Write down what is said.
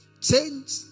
Change